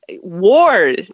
War